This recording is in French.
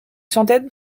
centaine